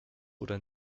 oder